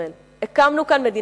הקמנו כאן מדינה לתפארת.